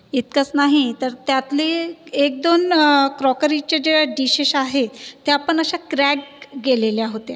इतकंच नाही तर त्यातले एकदोन क्रॉकरीचे जे डिशेस आहेत त्या पण अशा क्रॅक गेलेल्या होत्या